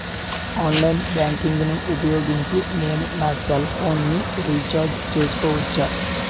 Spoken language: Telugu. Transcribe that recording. ఆన్లైన్ బ్యాంకింగ్ ఊపోయోగించి నేను నా సెల్ ఫోను ని రీఛార్జ్ చేసుకోవచ్చా?